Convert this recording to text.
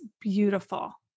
beautiful